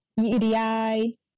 EDI